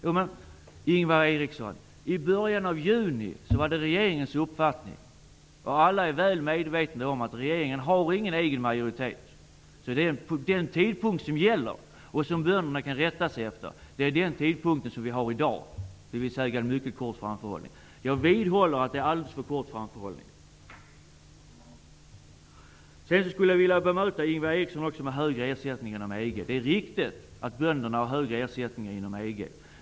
Men, Ingvar Eriksson, detta var regeringens uppfattning i början av juni. Alla är väl medvetna om att regeringen inte har någon egen majoritet. Den tidpunkt som bönderna kan rätta sig efter är i dag. Jag vidhåller att det är en alldeles för kort framförhållning. Jag vill bemöta Ingvar Eriksson angående frågan om högre ersättning inom EG. Det är riktigt att bönderna erhåller högre ersättning inom EG.